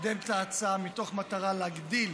לקדם את ההצעה במטרה להגדיל